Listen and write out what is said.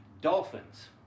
dolphins